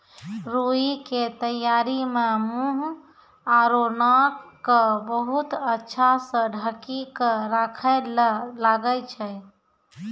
रूई के तैयारी मं मुंह आरो नाक क बहुत अच्छा स ढंकी क राखै ल लागै छै